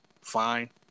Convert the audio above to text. fine